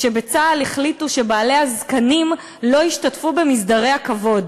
שבצה"ל החליטו שבעלי הזקנים לא ישתתפו במסדרי הכבוד.